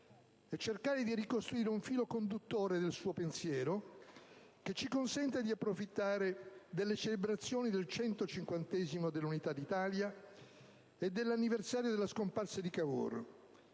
e cercare di ricostruire un filo conduttore del suo pensiero, che ci consenta di approfittare delle celebrazioni del 150° anniversario dell'Unità d'Italia e dell'anniversario della scomparsa di Cavour